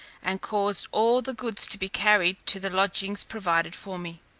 and caused all the goods to be carried to the lodgings provided for me.